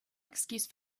excuse